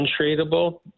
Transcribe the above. untradeable